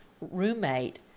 roommate